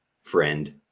friend